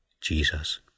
Jesus